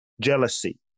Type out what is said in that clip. Jealousy